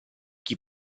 chi